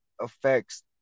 affects